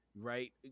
Right